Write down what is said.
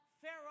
Pharaoh